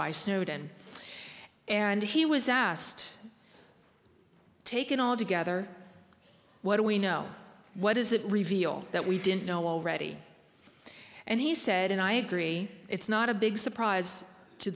by snowden and he was asked taken all together what do we know what does it reveal that we didn't know already and he said and i agree it's not a big surprise to